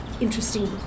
interesting